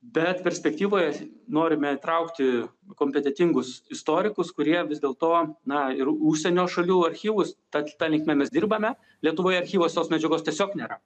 bet perspektyvoj norime įtraukti kompetentingus istorikus kurie vis dėlto na ir užsienio šalių archyvus tad ta linkme mes dirbame lietuvoje archyvuos tos medžiagos tiesiog nėra